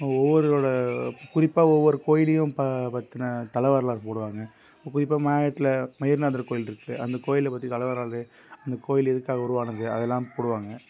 ஒவ்வொருவரோட குறிப்பாக ஒவ்வொரு கோயில்லேயும் ப பற்றின தல வரலாறு போடுவாங்கள் குறிப்பாக மாயவரத்தில் மயிலநாதர் கோயில் இருக்குது அந்த கோயிலை பற்றி தல வரலாறு அந்த கோயில் எதுக்காக உருவானது அதெலாம் போடுவாங்கள்